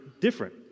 different